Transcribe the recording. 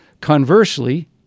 Conversely